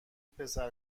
پسر